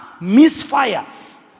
misfires